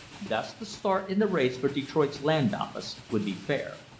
thus the start in the race for detroit's land office would be fair.